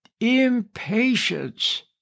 Impatience